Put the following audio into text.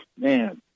man